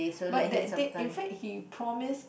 but that that that in fact he promise